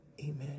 amen